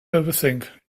overthink